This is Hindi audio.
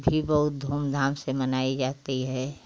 भी बहुत धूम धाम से मनाई जाती है